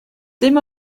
dim